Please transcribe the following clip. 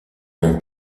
nom